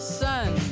sun